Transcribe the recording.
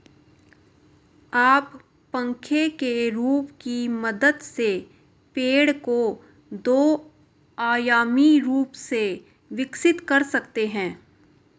आप पंखे के रूप की मदद से पेड़ को दो आयामी रूप से विकसित कर सकते हैं